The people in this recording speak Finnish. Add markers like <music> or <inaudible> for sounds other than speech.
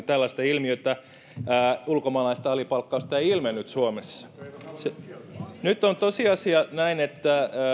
<unintelligible> tällaista ilmiötä ulkomaalaisten alipalkkausta ei ilmennyt suomessa nyt on tosiasia näin että